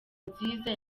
nziza